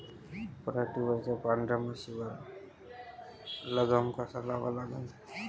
पराटीवरच्या पांढऱ्या माशीवर लगाम कसा लावा लागन?